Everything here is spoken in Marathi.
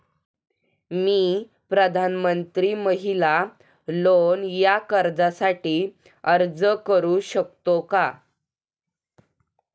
मी प्रधानमंत्री महिला लोन या कर्जासाठी अर्ज करू शकतो का?